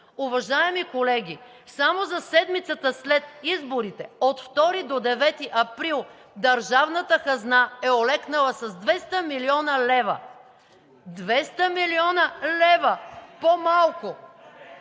Уважаеми колеги, само за седмицата след изборите – от 2 до 9 април, държавната хазна е олекнала с 200 млн. лв.! Двеста милиона лева по-малко